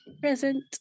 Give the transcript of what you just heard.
Present